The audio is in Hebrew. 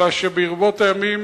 אלא שברבות הימים,